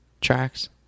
tracks